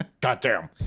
Goddamn